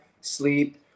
sleep